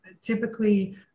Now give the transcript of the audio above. typically